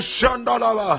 Shandala